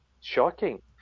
shocking